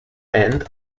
end